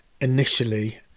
initially